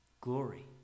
Glory